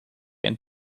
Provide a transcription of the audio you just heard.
een